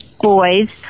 boys